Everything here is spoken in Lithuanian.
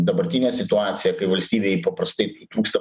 dabartinę situaciją kai valstybei paprastai trūksta